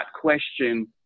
question